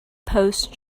post